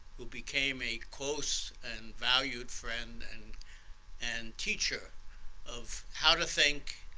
who became a close and valued friend and and teacher of how to think,